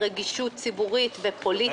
זו לא